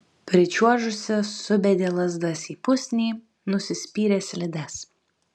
pričiuožusi subedė lazdas į pusnį nusispyrė slides